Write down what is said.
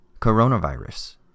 coronavirus